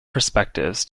perspectives